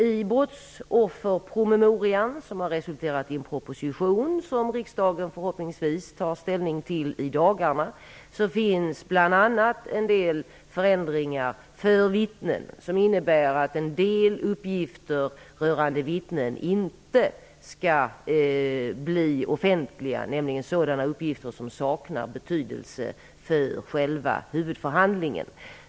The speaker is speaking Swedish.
I brottsofferpromemorian, som har resulterat i en proposition som riksdagen förhoppningsvis tar ställning till i dagarna, finns bl.a. en del förändringar för vittnen. Det innebär att en del uppgifter rörande vittnen inte skall bli offentliga, nämligen sådana uppgifter som saknar betydelse för själva huvudförhandlingen.